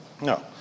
No